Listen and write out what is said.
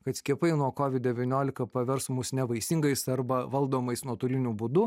kad skiepai nuo kovid devyniolika pavers mus nevaisingais arba valdomais nuotoliniu būdu